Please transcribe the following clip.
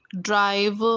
drive